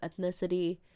ethnicity